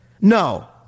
No